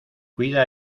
cuida